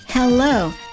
Hello